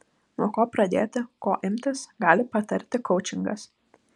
nuo ko pradėti ko imtis gali patarti koučingas